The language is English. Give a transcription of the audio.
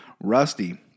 Rusty